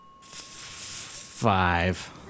Five